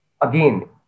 again